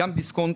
גם דיסקונט,